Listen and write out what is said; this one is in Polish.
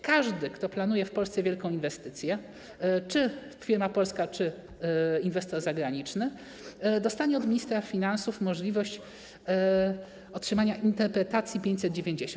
Każdy, kto planuje w Polsce wielką inwestycję: czy firma polska czy inwestor zagraniczny, dostanie od ministra finansów możliwość otrzymania interpretacji nr 590.